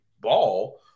ball